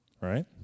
right